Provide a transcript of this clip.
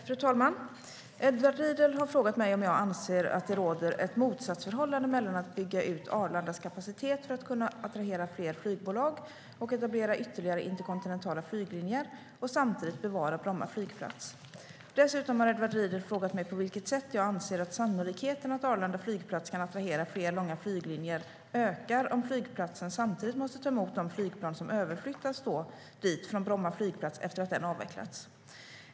Fru talman! Edward Riedl har frågat mig om jag anser att det råder ett motsatsförhållande mellan att bygga ut Arlandas kapacitet för att kunna attrahera fler flygbolag samt etablera ytterligare interkontinentala flyglinjer och att bevara Bromma flygplats. Dessutom har Edward Riedl frågat mig på vilket sätt jag anser att sannolikheten att Arlanda flygplats kan attrahera fler långa flyglinjer ökar om flygplatsen samtidigt måste ta emot de flygplan som överflyttas dit från Bromma flygplats efter att den avvecklats.